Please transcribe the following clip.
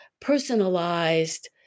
personalized